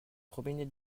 robinet